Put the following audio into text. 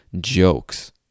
jokes